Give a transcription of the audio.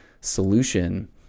solution